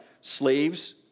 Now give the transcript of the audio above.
slaves